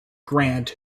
grant